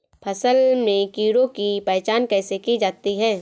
फसल में कीड़ों की पहचान कैसे की जाती है?